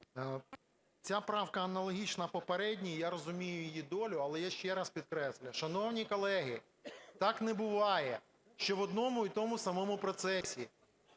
Ця правка аналогічна попередній, і я розумію її долю. Але я ще раз підкреслюю, шановні колеги, так не буває, що в одному і тому самому процесі